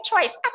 choice